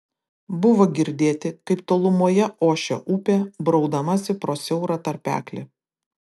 buvo girdėti kaip tolumoje ošia upė braudamasi pro siaurą tarpeklį